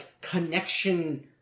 connection